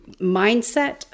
mindset